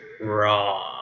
raw